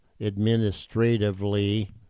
administratively